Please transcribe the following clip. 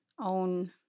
own